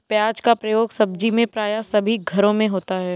प्याज का प्रयोग सब्जी में प्राय सभी घरों में होता है